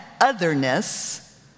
otherness